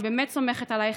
אני באמת סומכת עלייך,